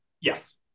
Yes